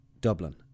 Dublin